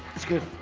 it's good.